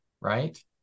right